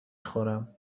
خورم